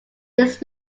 this